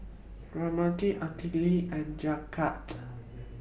Ramdev Atal and Jagat